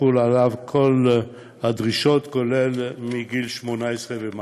שיחולו עליו כל הדרישות, כולל גיל 18 ומעלה.